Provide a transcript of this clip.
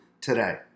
today